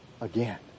again